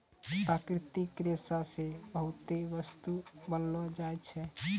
प्राकृतिक रेशा से बहुते बस्तु बनैलो जाय छै